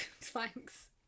Thanks